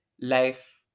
life